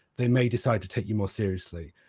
they may decide to take you more seriously.